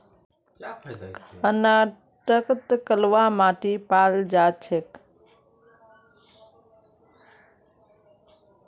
कर्नाटकत कलवा माटी पाल जा छेक